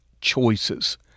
choices